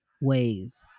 ways